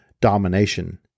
domination